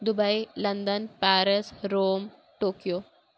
Dubai London Paris Rome Tokyo